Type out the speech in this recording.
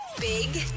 Big